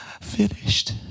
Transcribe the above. finished